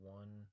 one